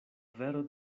vero